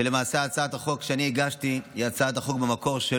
שלמעשה הצעת החוק שאני הגשתי היא הצעת חוק שלו במקור,